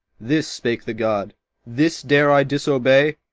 this spake the god this dare i disobey?